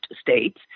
states